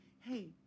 hey